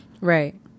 Right